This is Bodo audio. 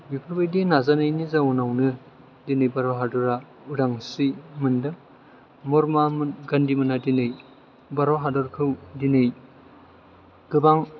बेफोरबायदि नाजानायनि जाउनावनो दिनै भारत हादरा उदांस्रि मोनदों महात्मा गान्धी मोना दिनै भारत हादरखौ दिनै गोबां